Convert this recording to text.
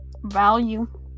value